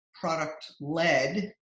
product-led